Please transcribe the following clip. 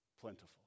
plentiful